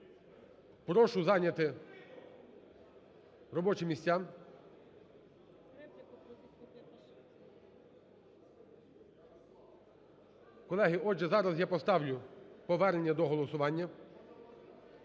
Прошу зайняти робочі місця. Колеги, отже, зараз я поставлю повернення до голосування.